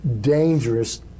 dangerous